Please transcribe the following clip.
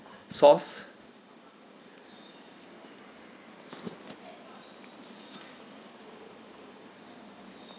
sauce